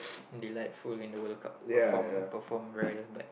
delightful in the World Cup perform perform well but